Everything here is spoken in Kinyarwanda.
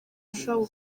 bashobora